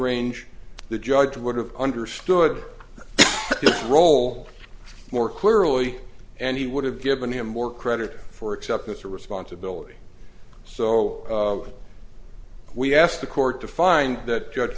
range the judge would have understood the role more clearly and he would have given him more credit for acceptance or responsibility so we asked the court to find that judge